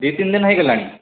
ଦୁଇ ତିନ ଦିନ ହୋଇଗଲାଣି